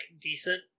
decent